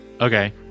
Okay